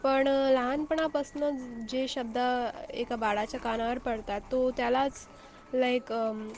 पण लहानपणापासनं ज् जे शब्द एका बाळाच्या कानावर पडतात तो त्यालाच लाईक